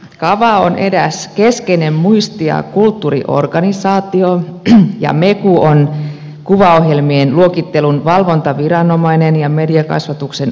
kava on eräs keskeinen muisti ja kulttuuriorganisaatio ja meku on kuvaohjelmien luokittelun valvontaviranomainen ja mediakasvatuksen asiantuntijavirasto